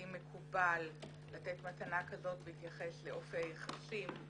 האם מקובל לתת מתנה כזאת בהתייחס לאופי היחסים,